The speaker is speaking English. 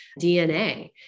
DNA